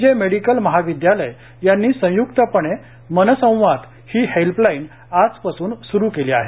जे मेडीकल महाविदयालय यांनी संय्क्तपणे मनसंवाद ही हेल्पलाईन आजपासून स्रू केली आहे